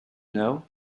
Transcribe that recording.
know